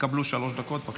יקבל שלוש דקות.